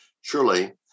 Surely